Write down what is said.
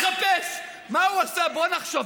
לחפש מה הוא עשה, בואו נחשוב.